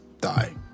die